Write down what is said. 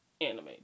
anime